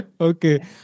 Okay